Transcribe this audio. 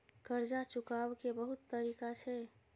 कर्जा चुकाव के बहुत तरीका छै?